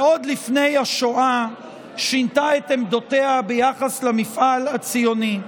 ועוד לפני השואה שינתה את עמדותיה ביחס למפעל הציוני.